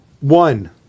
One